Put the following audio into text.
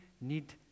need